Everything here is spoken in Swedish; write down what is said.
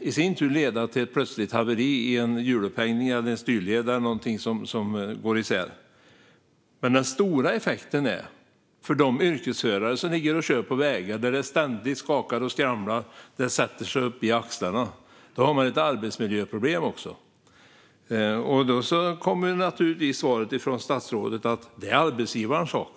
i sin tur leda till ett plötsligt haveri i en hjulupphängning eller att en styrled går isär. Men den stora effekten drabbar de yrkesförare som kör på vägar där det ständigt skakar och skramlar. Det sätter sig uppe i axlarna. Då har man ett arbetsmiljöproblem också. Då svarar statsrådet naturligtvis att det är arbetsgivarens sak.